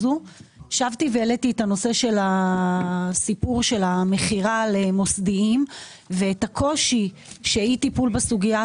העליתי את הסיפור של המכירה למוסדיים ואת הקושי שאי טיפול בסוגייה